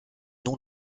nom